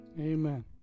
amen